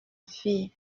fille